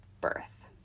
birth